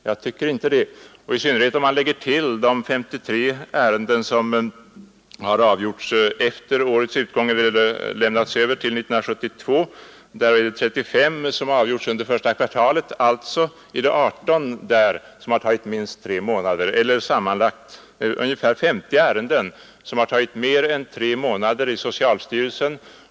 Jag tycker inte det, i synnerhet om man lägger till de 53 ärenden som har lämnats kvar till år 1972. Av dessa har 35 avgjorts under första kvartalet. Alltså är det 18 av dessa ärenden som har tagit minst tre månader. Sammanlagt blir det för 1971 och första kvartalet 1972 50 ärenden som har tagit mer än tre månader i socialstyrelsen.